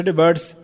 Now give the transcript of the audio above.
birds